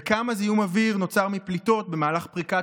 כמה זיהום אוויר נוצר מפליטות במהלך פריקת